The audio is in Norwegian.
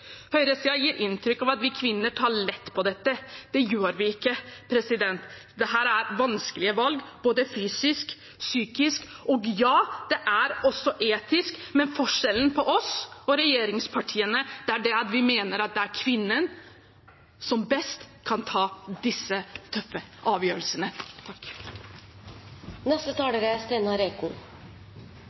Høyresiden gir inntrykk av at vi kvinner tar lett på dette. Det gjør vi ikke. Dette er vanskelige valg, både fysisk og psykisk – og ja: også etisk. Men forskjellen på oss og regjeringspartiene er at vi mener det er kvinnen som best kan ta disse tøffe avgjørelsene.